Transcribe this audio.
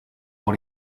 pour